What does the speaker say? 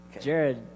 Jared